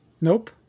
Nope